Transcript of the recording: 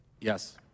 Yes